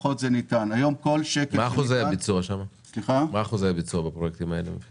היום כל שקל שניתן --- מה אחוזי הביצוע בפרויקטים האלה?